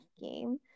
game